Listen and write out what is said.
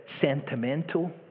sentimental